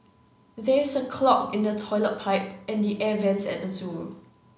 there is a clog in the toilet pipe and the air vents at the zoo